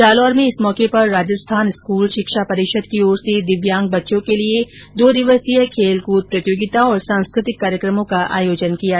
जालोर में इस मौके पर राजस्थान स्कूल शिक्षा परिषद की ओर से दिव्यांग बच्चों के लिए दो दिवसीय खेलकूद प्रतियोगिता और सांस्कृतिक कार्यक्रमों का आयोजन किया जा रहा है